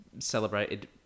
Celebrated